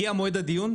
הגיע מועד הדיון?